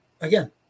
again